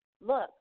look